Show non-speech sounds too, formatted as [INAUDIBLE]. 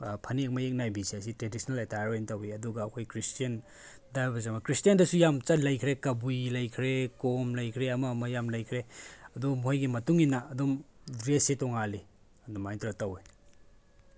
ꯐꯅꯦꯛ ꯃꯌꯦꯛ ꯅꯥꯏꯕꯤꯁꯦ ꯁꯤ ꯇ꯭ꯔꯦꯗꯤꯁꯅꯦꯜ ꯑꯦꯇꯥꯌꯔ ꯑꯣꯏꯅ ꯇꯧꯋꯤ ꯑꯗꯨꯒ ꯑꯩꯈꯣꯏ ꯈ꯭ꯔꯤꯁꯇꯤꯌꯟ [UNINTELLIGIBLE] ꯈ꯭ꯔꯤꯁꯇꯤꯌꯟꯗꯁꯨ ꯌꯥꯝ ꯂꯩꯈ꯭ꯔꯦ ꯀꯕꯨꯏ ꯂꯩꯈ꯭ꯔꯦ ꯀꯣꯝ ꯂꯩꯈ꯭ꯔꯦ ꯑꯃ ꯑꯃ ꯌꯥꯝ ꯂꯩꯈ꯭ꯔꯦ ꯑꯗꯨ ꯃꯣꯏꯒꯤ ꯃꯇꯨꯡꯏꯟꯅ ꯑꯗꯨꯝ ꯗ꯭ꯔꯦꯁꯁꯦ ꯇꯣꯡꯉꯥꯜꯂꯤ ꯑꯗꯨꯃꯥꯏꯅ ꯇꯧꯔꯒ ꯇꯧꯏ